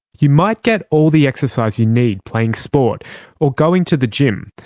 you might get all the exercise you need playing sport or going to the gym,